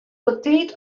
betiid